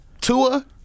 Tua